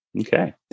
okay